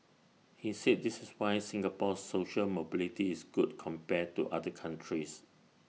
he said this is why Singapore's social mobility is good compared to other countries